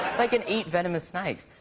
like can eat venomous snakes.